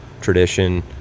tradition